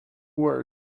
were